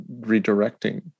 redirecting